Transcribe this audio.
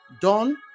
done